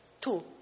Two